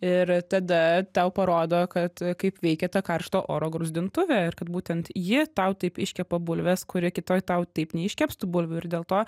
ir tada tau parodo kad kaip veikia ta karšto oro gruzdintuvė ir kad būtent ji tau taip iškepa bulves kuri kitoj tau taip neiškeps tų bulvių ir dėl to